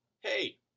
hey